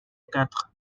quatre